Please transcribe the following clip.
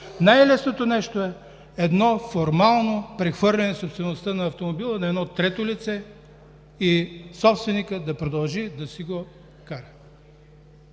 Най-лесното нещо е едно формално прехвърляне собствеността на автомобила на трето лице, а водачът да продължи да го кара.